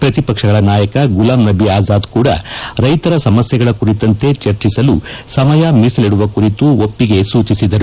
ಪ್ರತಿಪಕ್ಷಗಳ ನಾಯಕ ಗುಲಾಂ ನಬಿ ಅಜಾದ್ ಕೂಡ ರೈತರ ಸಮಸ್ಯೆಗಳ ಕುರಿತಂತೆ ಚರ್ಚಿಸಲು ಸಮಯ ಮೀಸಲಿಡುವ ಕುರಿತು ಒಪ್ಪಿಗೆ ಸೂಚಿಸಿದರು